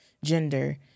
gender